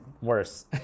worse